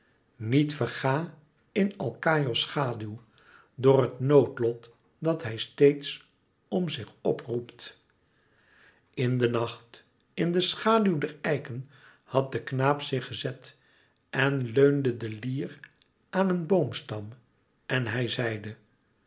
niet verga in alkaïos schaduw door het noodlot dat hij steeds om zich op roept in de nacht in de schaduw der eiken had de knaap zich gezet en leunde de lier aan een boomstam en hij zeide